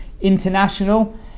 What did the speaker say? international